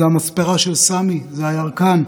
זו המספרה של סמי, זה הירקן.